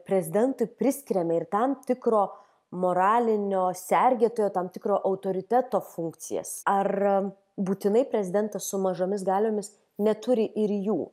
prezidentui priskiriame ir tam tikro moralinio sergėtojo tam tikro autoriteto funkcijas ar būtinai prezidentas su mažomis galiomis neturi ir jų